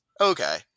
Okay